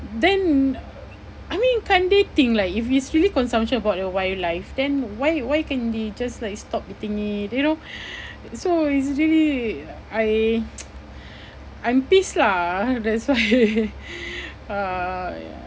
then I mean can't they think like if it's really consumption about the wildlife then why why can't they just like stop eating it you know so it's really I I'm pissed lah that's why uh ya